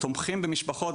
תומכים במשפחות,